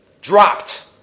dropped